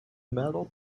metal